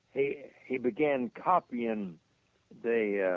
he he began copying the yeah